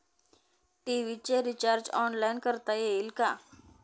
TV चे recharge online करता येईल का?